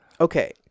Okay